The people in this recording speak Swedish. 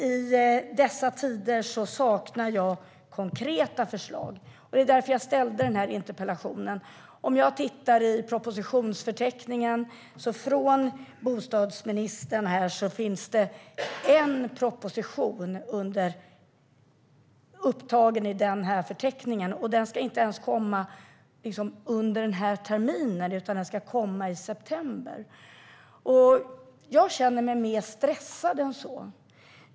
I dessa tider saknar jag konkreta förslag. Det var därför jag ställde denna interpellation. När jag tittar i propositionsförteckningen finns det en proposition från bostadsministern upptagen i den, och den ska inte ens komma under denna termin utan i september. Jag känner mig mer stressad än så.